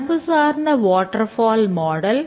மரபுசார்ந்த waterfall model